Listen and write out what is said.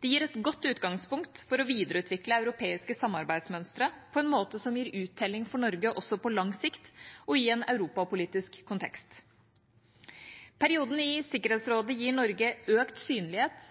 Det gir et godt utgangspunkt for å videreutvikle europeiske samarbeidsmønstre på en måte som gir uttelling for Norge også på lang sikt og i en europapolitisk kontekst. Perioden i Sikkerhetsrådet gir Norge økt synlighet,